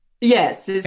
Yes